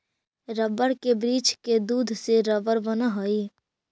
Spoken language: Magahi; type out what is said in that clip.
रबर के वृक्ष के दूध से रबर बनऽ हई